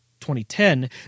2010